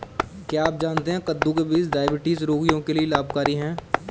क्या आप जानते है कद्दू के बीज डायबिटीज रोगियों के लिए लाभकारी है?